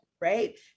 right